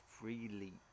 freely